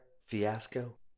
Fiasco